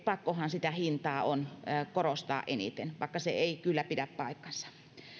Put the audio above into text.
pakkohan sitä hintaa on korostaa eniten vaikka se ei kyllä pidä paikkaansa